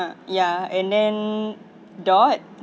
ya and then dot